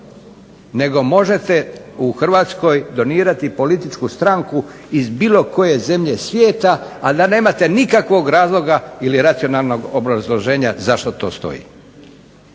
nego možete u Hrvatskoj donirati političku stranku iz bilo koje zemlje svijeta, a da nemate nikakvog razloga ili racionalnog obrazloženja zašto to stoji.